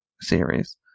series